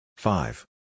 Five